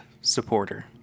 supporter